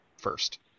first